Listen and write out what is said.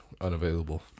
unavailable